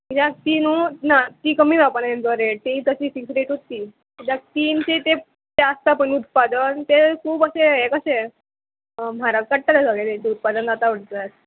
किद्याक तीनूत ना ती कमी जावपा न्ही तो रेट ती तशी फिक्स रेटूच ती कित्याक तीन ते चार आसता पळय उत्पादन तें खूब अशें हें कशें म्हारग काडटालें सगळें तें उत्पादन जाता म्हटल्यार